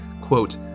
quote